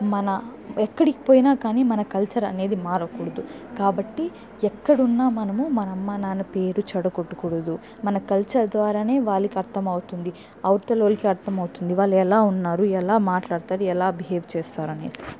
మన ఎక్కడికి పోయిన కానీ మన కల్చర్ అనేది మారకూడదు కాబట్టి ఎక్కడున్నా మనము మన అమ్మానాన్న పేరు చెడగొట్టకూడదు మన కల్చర్ ద్వారానే వాళ్ళకర్థమవుతుంది అవతలోలికి అర్ధమవుతుంది వాళ్ళు ఎలా ఉన్నారు ఎలా మాట్లాడుతారు ఎలా బిహేవ్ చేస్తారు అనేసి